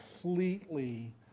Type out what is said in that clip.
completely